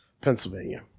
Pennsylvania